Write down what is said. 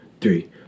three